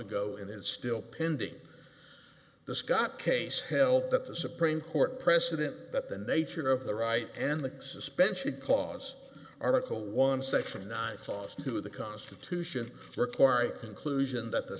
ago and is still pending the scott case helped that the supreme court precedent that the nature of the right and the suspension clause article one section nine tossed into the constitution require conclusion that the